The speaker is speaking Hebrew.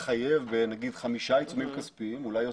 לחייב בחמישה עיצומים כספיים, אולי יותר,